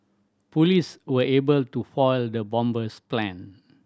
police were able to foil the bomber's plan